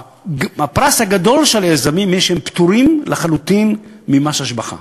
הפרס הגדול של היזמים הוא שהם פטורים לחלוטין ממס השבחה.